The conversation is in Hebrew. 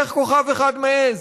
איך כוכב אחד מעז.